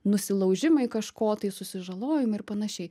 nusilaužimai kažko tai susižalojimai ir panašiai